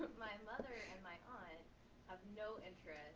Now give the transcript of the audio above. my mother and my aunt have no interest